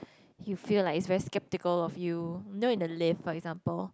you feel like is very skeptical of you you know in the lift for example